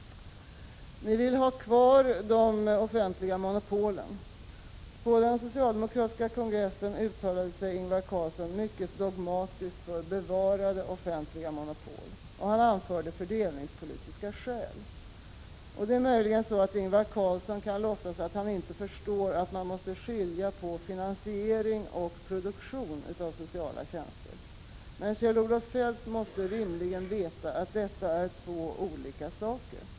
Ni vill ha kvar de offentliga monopolen. På den socialdemokratiska kongressen uttalade sig Ingvar Carlsson mycket dogmatiskt för bevarande av offentliga monopol. Han anförde fördelningspolitiska skäl. Möjligen kan Ingvar Carlsson låtsas att han inte förstår att man måste skilja på finansiering och produktion av sociala tjänster. Men Kjell-Olof Feldt måste rimligen veta att detta är två olika saker.